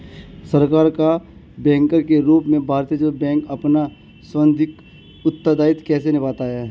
सरकार का बैंकर के रूप में भारतीय रिज़र्व बैंक अपना सांविधिक उत्तरदायित्व कैसे निभाता है?